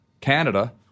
Canada